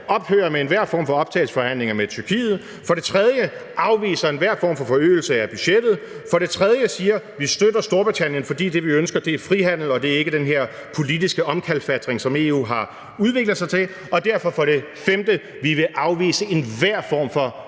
ophører med enhver form for optagelsesforhandlinger med Tyrkiet, for det tredje afviser enhver form for forøgelse af budgettet, for det fjerde siger, at vi støtter Storbritannien – fordi det, vi ønsker, er frihandel og det ikke er den her politiske omkalfatring, som EU har udviklet sig til – og at vi derfor for det femte vil afvise enhver form for